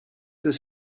this